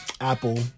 Apple